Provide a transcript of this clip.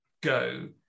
go